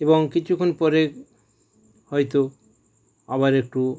এবং কিছুখন পরে হয়তো আবার একটু